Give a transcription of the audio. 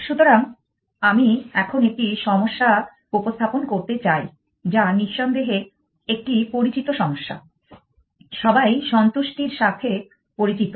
সুতরাং আমি এখন একটি সমস্যা উপস্থাপন করতে চাই যা নিঃসন্দেহে একটি পরিচিত সমস্যা সবাই সন্তুষ্টির সাথে পরিচিত